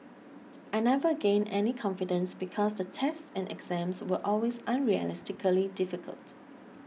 I never gained any confidence because the tests and exams were always unrealistically difficult